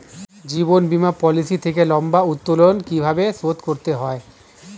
জীবন বীমা পলিসি থেকে লম্বা উত্তোলন কিভাবে শোধ করতে হয়?